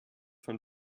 von